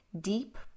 deep